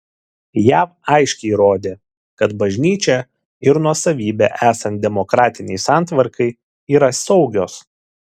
jav aiškiai rodė kad bažnyčia ir nuosavybė esant demokratinei santvarkai yra saugios